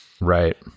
Right